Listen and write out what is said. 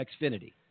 Xfinity